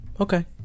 Okay